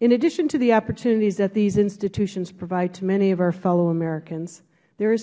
in addition to the opportunities that these institutions provide to many of our fellow americans there is